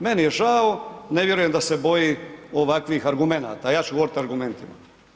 Meni je žao, ne vjerujem da se boji ovakvih argumenata a ja ću govoriti argumentima.